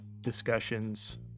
discussions